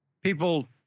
people